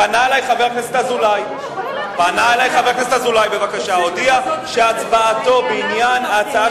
פנה אלי חבר הכנסת אזולאי בבקשה והודיע שהצבעתו בעניין ההצעה